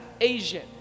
Asian